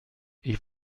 ich